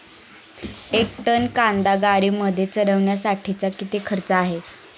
एक टन कांदा गाडीमध्ये चढवण्यासाठीचा किती खर्च आहे?